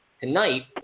tonight